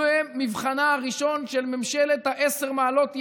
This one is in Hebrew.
זה מבחנה הראשון של ממשלת ה"עשר מעלות ימינה".